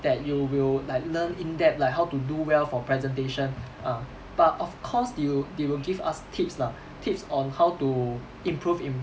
that you will like learn in depth like how to do well for presentation ah but of course you they will give us tips lah tips on how to improve in